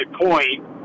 point